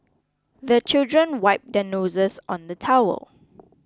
the children wipe their noses on the towel